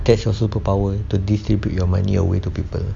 that's also superpower to distribute your money away to people